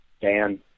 Dan